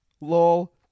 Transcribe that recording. lol